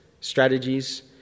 strategies